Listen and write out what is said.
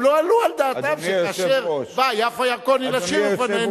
הם לא העלו על דעתם שכאשר יפה ירקוני באה לשיר לפנינו,